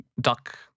duck